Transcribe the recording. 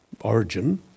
origin